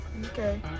Okay